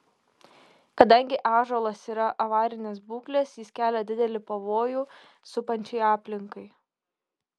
kadangi ąžuolas yra avarinės būklės jis kelia didelį pavojų supančiai aplinkai